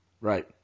Right